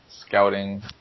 scouting